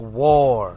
war